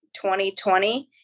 2020